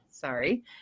Sorry